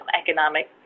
economic